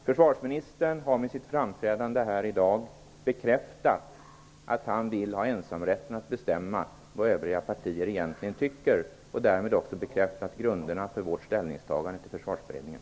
Försvarsministern har med sitt framträdande här i dag bekräftat att han vill ha ensamrätten att bestämma vad övriga partier egentligen tycker och därmed också bekräftat grunderna för vårt ställningstagande i Försvarsberedningen.